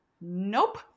nope